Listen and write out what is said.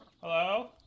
Hello